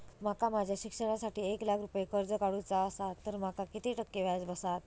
माका माझ्या शिक्षणासाठी एक लाख रुपये कर्ज काढू चा असा तर माका किती टक्के व्याज बसात?